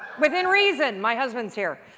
within reason! my husband's here.